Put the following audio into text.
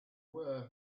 were